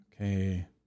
Okay